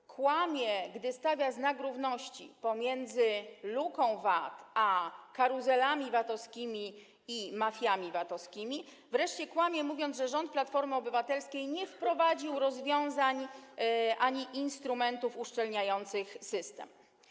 PiS kłamie, gdy stawia znak równości pomiędzy luką VAT-owską a karuzelami VAT-owskimi i mafiami VAT-owskimi, wreszcie kłamie, mówiąc, że rząd Platformy Obywatelskiej nie wprowadził rozwiązań ani instrumentów uszczelniających system.